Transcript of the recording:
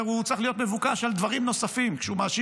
הוא אומר שהוא צריך להיות מבוקש על דברים נוספים,